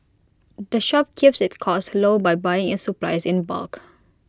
the shop keeps its costs low by buying its supplies in bulk